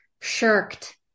shirked